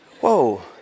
whoa